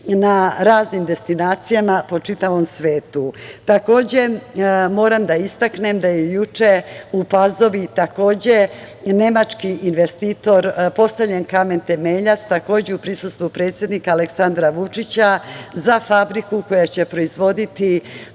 na raznim destinacijama po čitavom svetu. Takođe, moram da istaknem da je juče u Pazovi nemački investitor, postavljen kamen temeljac, takođe u prisustvu predsednika Aleksandra Vučića, za fabriku koja će proizvoditi